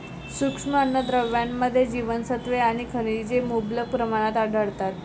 सूक्ष्म अन्नद्रव्यांमध्ये जीवनसत्त्वे आणि खनिजे मुबलक प्रमाणात आढळतात